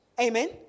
Amen